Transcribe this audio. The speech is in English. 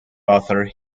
author